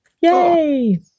Yay